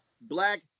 Black